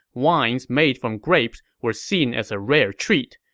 wines made from grapes were seen as a rare treat.